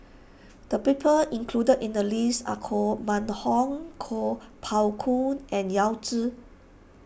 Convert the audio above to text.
the people included in the list are Koh Mun Hong Kuo Pao Kun and Yao Zi